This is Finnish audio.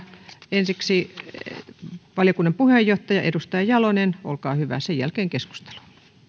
ensiksi esittely valiokunnan puheenjohtaja edustaja jalonen olkaa hyvä sen jälkeen keskustelu